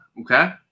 okay